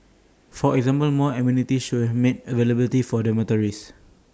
for example more amenities should be made available at dormitories